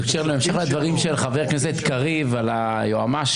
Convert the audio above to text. בהמשך לדברים של חבר הכנסת קריב על היועמ"ש,